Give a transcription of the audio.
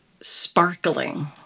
sparkling